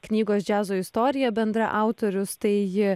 knygos džiazo istorija bendraautorius tai